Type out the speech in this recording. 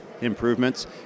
improvements